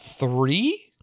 Three